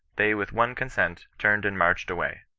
they with one consent turned and marched away,